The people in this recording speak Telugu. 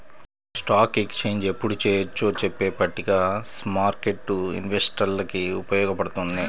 స్టాక్ ఎక్స్చేంజ్ ఎప్పుడు చెయ్యొచ్చో చెప్పే పట్టిక స్మార్కెట్టు ఇన్వెస్టర్లకి ఉపయోగపడుతుంది